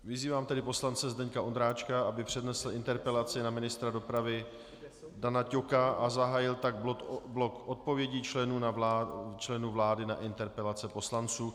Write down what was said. Vyzývám tedy poslance Zdeňka Ondráčka, aby přednesl interpelaci na ministra dopravy Dana Ťoka a zahájil tak blok odpovědí členů vlády na interpelace poslanců.